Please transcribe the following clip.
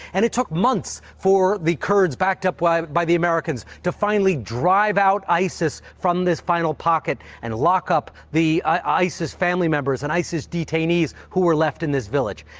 and it took months for the kurds, backed up but by the americans, to finally drive out isis from this final pocket and lock up the isis family members and isis detainees who were left in this village.